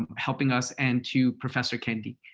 um helping us, and to professor kendi.